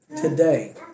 Today